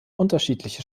unterschiedliche